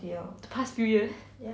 past few years